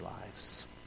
lives